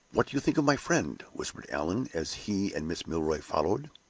what do you think of my friend? whispered allan, as he and miss milroy followed.